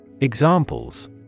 Examples